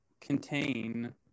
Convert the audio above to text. contain